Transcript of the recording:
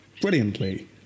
brilliantly